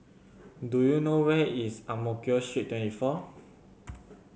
do you know where is Ang Mo Kio Street Twenty four